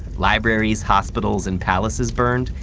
libraries, hospitals and palaces burned,